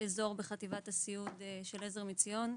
אזור בחטיבת הסיעוד של ׳עזר מציון׳.